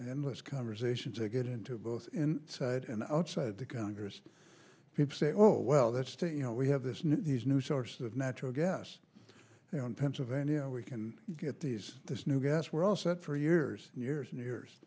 and last conversation to get into both inside and outside the congress people say oh well that's you know we have this new these new source of natural gas you know in pennsylvania we can get these this new gas we're all set for years and years and years